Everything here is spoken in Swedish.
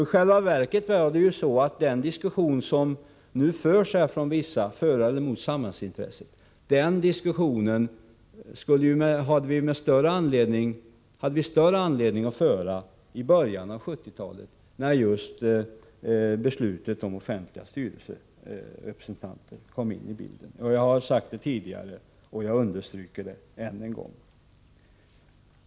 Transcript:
I själva verket är det ju så att den diskussion som nu förs för eller emot samhällsintresset hade vi större anledning att föra i början av 1970-talet när frågan om offentliga styrelserepresentanter kom in i bilden. Jag har sagt det tidigare, och jag understryker det än en gång.